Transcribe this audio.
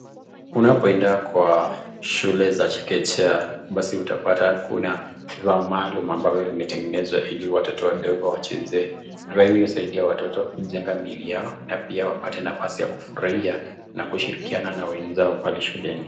Unapoenda kwa shule za chekechea basi utapata kuna vifaa maalum ambavyo yametengenezwa ili watoto wadogo wacheze. Ambayo inasaidia watoto kujenga miili yao na pia wapate nafasi ya kufurahia na kushirikiana na wenzao pale shuleni.